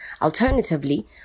Alternatively